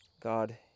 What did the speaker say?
God